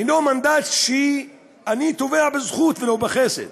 זהו מנדט שאני תובע בזכות ולא בחסד